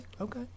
Okay